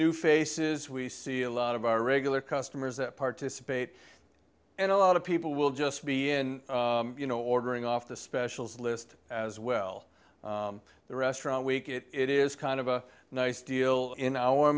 new faces we see a lot of our regular customers that participate and a lot of people will just be in you know ordering off the specials list as well the restaurant week it is kind of a nice deal in our